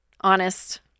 honest